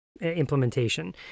implementation